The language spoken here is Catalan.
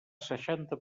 seixanta